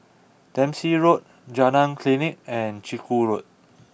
Dempsey Road Jalan Klinik and Chiku Road